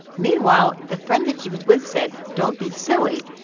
meanwhile, the friend that she was with said, don't be silly.